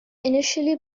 initially